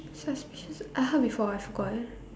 suspicious I heard before I forgot